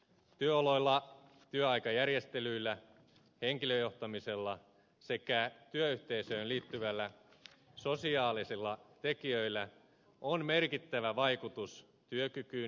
työoloilla työaikajärjestelyillä henkilöjohtamisella sekä työyhteisöön liittyvillä sosiaalisilla tekijöillä on merkittävä vaikutus työkykyyn ja työssä jaksamiseen